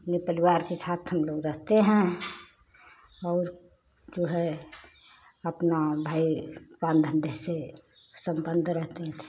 अपने परिवार के साथ हमलोग रहते हैं और जो है अपना भई सम्बन्ध रहते थे